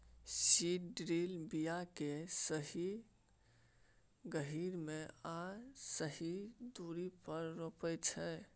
seed drill बीया केँ सही गहीर मे आ सही दुरी पर रोपय छै